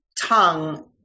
tongue